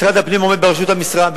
משרד הפנים עומד בראשות הוועדה,